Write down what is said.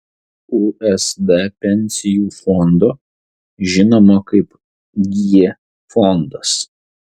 usd pensijų fondo žinomo kaip g fondas